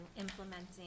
implementing